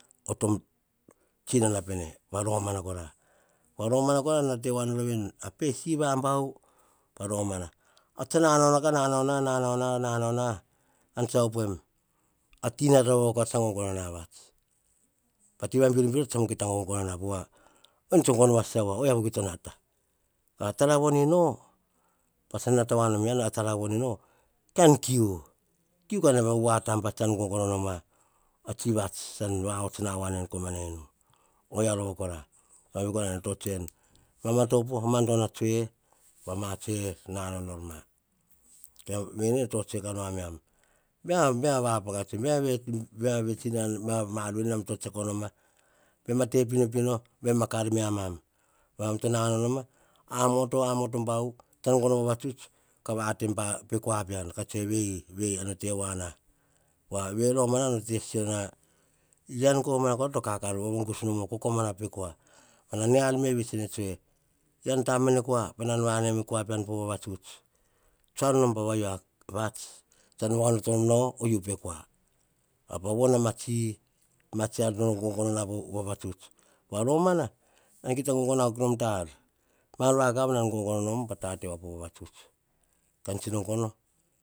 Oh tom tsinana pene pa romana kora pa romana kora na ra te wa nor veni, a pe siva bau pa romana. Arts tsa na nau na eyian tsa op puem, a ti tsa rova kasene pean ka ro vane. A ti biro biro kia ta akuk or vats o yia tsa gono va sasa wa, ta ra von ino, eyian tsa nata wanom veni, ta ra von ino tsan kiu kiu ma wa tamba tsan gono tsi vats, tsan gon gonom a tsi vats va. ots na wan komana inu. Oiya rova kora nan tso tsue nu, mama to po, mandono tsue a ma tsue to na nau nor ma. Veni ene tso tsue ka na miam, baim ma va paka tsue baim na va vets pa mar ne mam tse tsiako noma baim ma te pino pino baim ma kar me ma miam, mam to na nau noma amoto, amoto bau tsan gono va vatsuts, ka vate em po kua pian ka tsue ve yi ve yi kate wa na pa romana te sisiona, eyian komana to kakar, gus komana po kua, mia ar ve yi, tse ne tsue yian taman ne kua pa na va nau e kua pean po va vatsuts, tsua nom pa va yiu vats ka va onoto yiu pe kua, pa von a matsi ar no gona po va vatsuts pa romana, kita gon gonom akuk nom ta ar mar va kav nan gon gonom pa ta te po va vatsuts ka tsi no gono